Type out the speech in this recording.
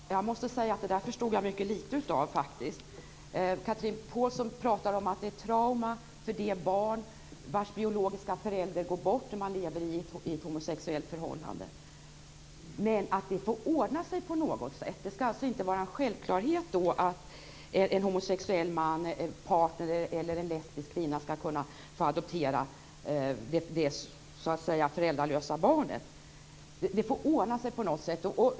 Fru talman! Jag måste säga att jag förstod mycket litet av det där. Chatrine Pålsson talar om traumat för de barn vars biologiska föräldrar går bort och som sedan lever i ett homosexuellt förhållande. Det får ordna sig på något sätt. Det skall inte vara en självklarhet att en homosexuell partner eller en lesbisk kvinna skall kunna adoptera det föräldralösa barnet. Det får ordna sig på något sätt.